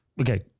Okay